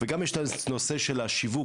וגם יש את הנושא של השיווק,